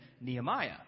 Nehemiah